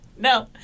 No